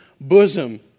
bosom